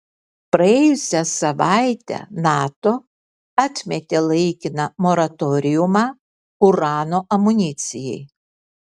praėjusią savaitę nato atmetė laikiną moratoriumą urano amunicijai